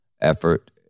effort